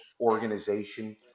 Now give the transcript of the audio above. organization